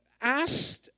asked